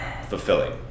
fulfilling